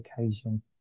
occasion